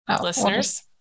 listeners